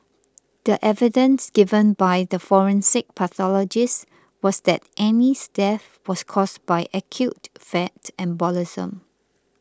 the evidence given by the forensic pathologist was that Annie's death was caused by acute fat embolism